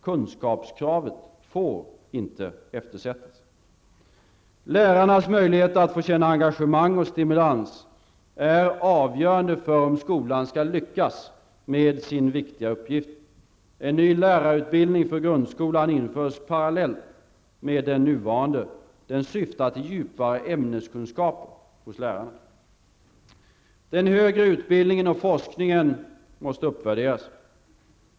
Kunskapskraven får inte eftersättas. Lärarnas möjligheter att få känna engagemang och stimulans är avgörande för om skolan skall lyckas med sin viktiga uppgift. En ny lärarutbildning för grundskolan införs parallellt med den nuvarande. Den syftar till djupare ämneskunskaper hos lärarna. Den högre utbildningen och forskningen måste uppvärderas.